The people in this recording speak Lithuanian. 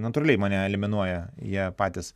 natūraliai mane eliminuoja jie patys